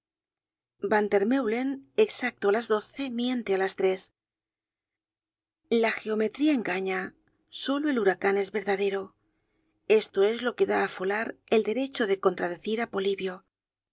vandermeulen vandermeulen exacto á las doce miente á las tres la geometría engaña solo el huracan es verdadero esto es lo que da á folard el derecho de contradecir á polibio añadamos que